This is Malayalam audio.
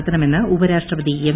നടത്തണമെന്ന് ഉപരാഷ്ട്രപതി എം